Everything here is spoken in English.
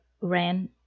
ran